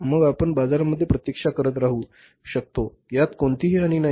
मग आपण बाजारामध्ये प्रतीक्षा करत राहू शकतो यात कोणतीही हानी नाही